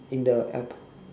in the airport